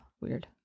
weird